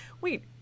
wait